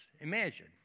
Imagine